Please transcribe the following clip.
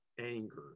anger